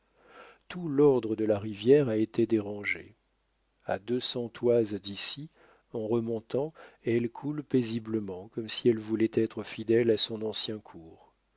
tout l'ordre de la rivière a été dérangé à deux cents toises d'ici en remontant elle coule paisiblement comme si elle voulait être fidèle à son ancien cours